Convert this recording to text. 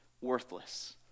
worthless